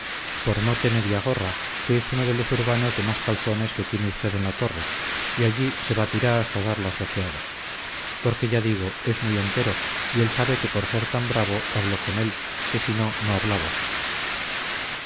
por mote mediagorra que es uno de los urbanos de más calzones que tiene usted en la torre y allí se batirá hasta dar las boqueadas porque ya digo es muy entero y él sabe que por ser tan bravo hablo con él que si no no hablaba